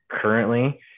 currently